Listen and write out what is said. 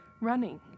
running